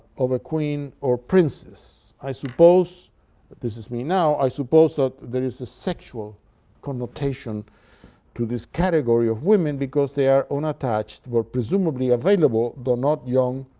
of a queen or princess. i suppose this is me now i suppose ah there is a sexual connotation to this category of women because they are unattached or presumably available, but not young,